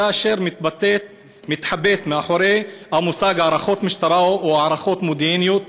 הסתה אשר מתחבאת מאחורי המושג "הערכות משטרה" או "הערכות מודיעיניות".